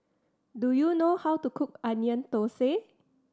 do you know how to cook Onion Thosai